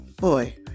boy